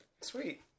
Sweet